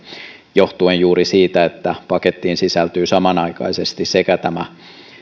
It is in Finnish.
johtuen juuri siitä että pakettiin sisältyy samanaikaisesti tämä